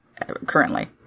currently